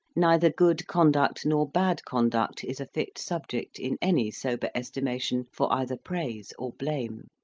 neither good conduct nor bad conduct is a fit subject, in any sober estimation, for either praise or blame.